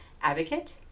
advocate